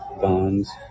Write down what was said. bonds